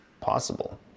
possible